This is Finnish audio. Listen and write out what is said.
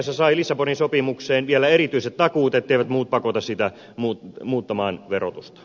se sai lissabonin sopimukseen vielä erityiset takuut etteivät muut pakota sitä muuttamaan verotustaan